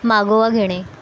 मागोवा घेणे